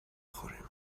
خوریم